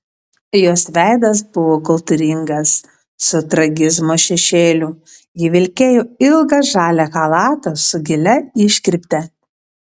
jos veidas buvo kultūringas su tragizmo šešėliu ji vilkėjo ilgą žalią chalatą su gilia iškirpte